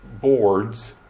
boards